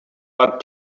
but